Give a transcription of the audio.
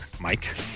Mike